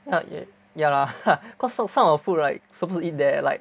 not yet ya lah cause some form of food right suppose to eat there like